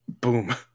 Boom